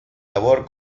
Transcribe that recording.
labor